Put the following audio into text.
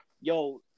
yo